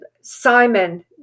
Simon